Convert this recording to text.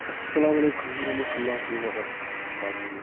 السَلامُ علیکُم وَرحمتُہ اللہِ وَبرکاتُہ